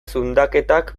zundaketak